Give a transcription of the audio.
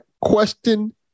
Question